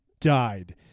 died